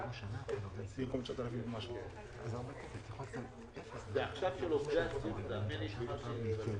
רציתי לומר שמשרד הבריאות מסר לנו שיש 250 בתי חולים,